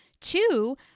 two